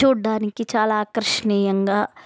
చూడ్డానికి చాలా ఆకర్షణీయంగా